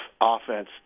offense